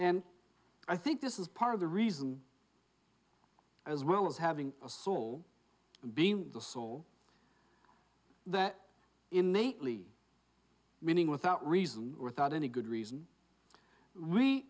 and i think this is part of the reason as well as having a soul being the soul that innately winning without reason without any good reason we